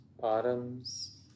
bottoms